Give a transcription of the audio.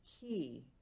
key